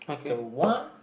so what